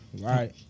right